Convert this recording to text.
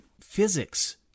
Physics